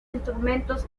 instrumentos